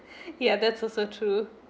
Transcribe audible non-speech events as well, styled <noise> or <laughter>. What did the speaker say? <breath> ya that's also true